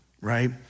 right